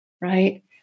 right